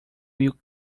will